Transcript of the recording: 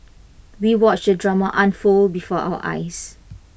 we watched the drama unfold before our eyes